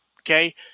Okay